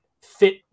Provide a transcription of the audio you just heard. fit